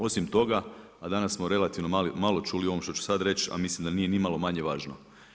Osim toga, a danas smo relativno malo čuli o ovome što ću sada reći, a mislim da nije ni malo manje važno.